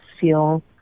feel